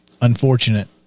unfortunate